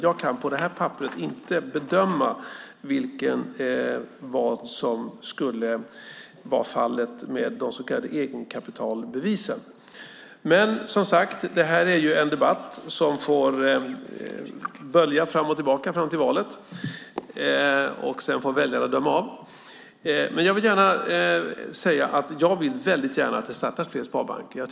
Jag kan utifrån det här papperet inte bedöma vad som skulle vara fallet med de så kallade egenkapitalbevisen. Som sagt är detta en debatt som får bölja fram och tillbaka fram till valet. Sedan får väljarna döma. Men jag vill väldigt gärna att det startas fler sparbanker.